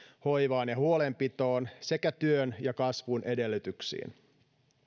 hoivaan ja huolenpitoon sekä työn ja kasvun edellytyksiin